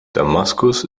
damaskus